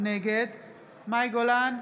נגד מאי גולן,